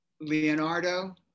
Leonardo